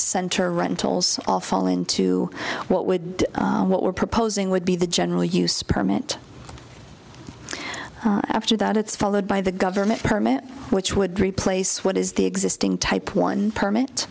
center rentals all fall into what would what we're proposing would be the general use permit after that it's followed by the government permit which would replace what is the existing type one perm